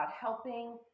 helping